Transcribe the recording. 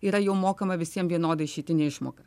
yra jau mokama visiems vienoda išeitinė išmoka